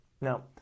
Now